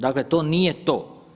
Dakle, to nije to.